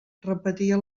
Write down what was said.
repetia